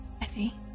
Effie